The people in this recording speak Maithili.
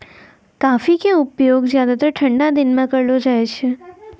कॉफी के उपयोग ज्यादातर ठंडा दिनों मॅ करलो जाय छै